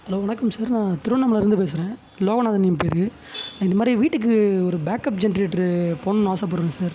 hello வணக்கம் sir நான் திருவண்ணாமலையிலேருந்து பேசுறேன் லோகநாதன் என் பேர் இந்த மாதிரி வீட்டுக்கு ஒரு பேக்அப் ஜென்ரேட்டரு போடணுன்னு ஆசைப்படுறேன் சார்